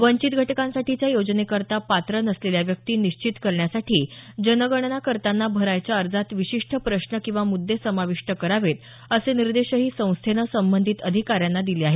वंचित घटकांसाठीच्या योजनेकरता पात्र नसलेल्या व्यक्ती निश्चित करण्यासाठी जनगणना करताना भरायच्या अर्जात विशिष्ट प्रश्न किंवा मुद्दे समाविष्ट करावेत असे निर्देशही संस्थेनं संबंधित अधिकाऱ्यांना दिले आहेत